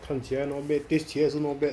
看起来 not bad taste 起来也是 not bad